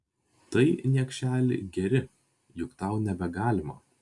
tai niekšeli geri juk tau nebegalima